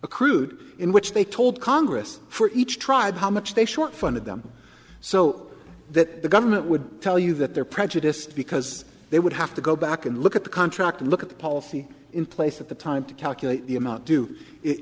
accrued in which they told congress for each tribe how much they short funded them so that the government would tell you that their prejudiced because they would have to go back and look at the contract look at the policy in place at the time to calculate the amount